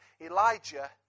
Elijah